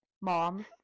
Mom